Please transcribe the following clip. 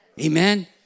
amen